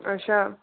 अच्छा